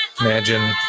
Imagine